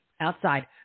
outside